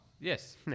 Yes